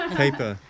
paper